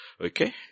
Okay